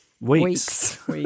Weeks